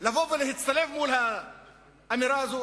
לבוא ולהצטלב מול האמירה הזאת?